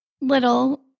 little